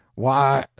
why,